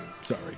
Sorry